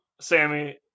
Sammy